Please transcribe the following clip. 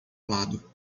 lado